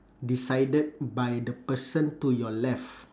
decided by the person to your left